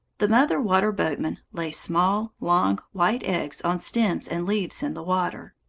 the mother water-boatman lays small, long, white eggs on stems and leaves in the water.